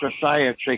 society